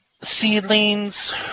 Seedlings